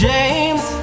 James